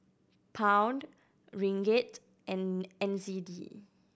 Pound Ringgit and N Z D